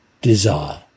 desire